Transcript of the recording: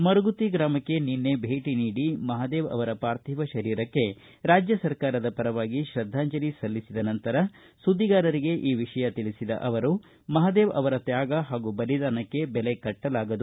ಮರಗುತ್ತಿ ಗ್ರಾಮಕ್ಕೆ ನಿನ್ನೆ ಭೇಟಿ ನೀಡಿ ಮಹಾದೇವ ಅವರ ಪಾರ್ಥಿವ ಶರೀರಕ್ಕೆ ರಾಜ್ಯ ಸರಕಾರದ ಪರವಾಗಿ ಶೃದ್ದಾಂಜಲಿ ಸಲ್ಲಿಸಿದ ನಂತರ ಸುದ್ದಿಗಾರರಿಗೆ ಈ ವಿಷಯ ತಿಳಿಸಿದ ಅವರು ಮಹದೇವ ಅವರ ತ್ಯಾಗ ಹಾಗೂ ಬಲಿದಾನಕ್ಕೆ ಬೆಲೆ ಕಟ್ಟಲಾಗದು